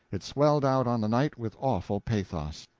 it swelled out on the night with awful pathos.